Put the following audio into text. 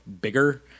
bigger